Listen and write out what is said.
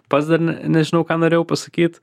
pats dar ne nežinau ką norėjau pasakyt